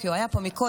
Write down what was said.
כי הוא היה פה קודם,